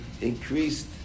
Increased